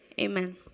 amen